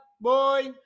boy